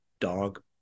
dog